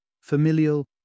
familial